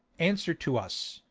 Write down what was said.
answer to us.